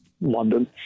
London